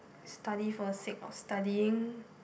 study for the sake of studying